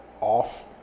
off